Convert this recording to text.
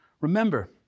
Remember